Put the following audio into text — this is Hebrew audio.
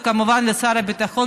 וכמובן לשר הביטחון,